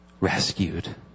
rescued